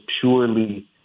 purely